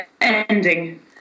ending